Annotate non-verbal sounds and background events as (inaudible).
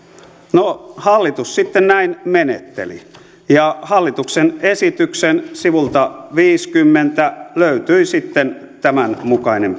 no hallitus sitten näin menetteli ja hallituksen esityksen sivulta viisikymmentä löytyi sitten tämän mukainen (unintelligible)